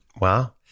Wow